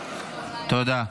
תודה.